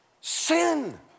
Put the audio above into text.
sin